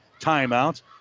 timeout